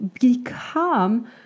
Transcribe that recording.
become